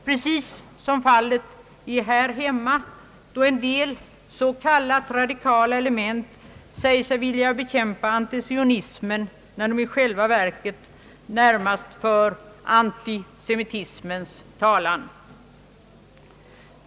Precis som fallet är här hemma då en del s.k. radikala element säger sig vilja bekämpa antisionismen när de i själva verket närmast för antisemitismens talan.